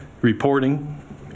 reporting